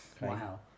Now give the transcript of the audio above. Wow